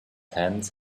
hands